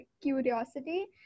curiosity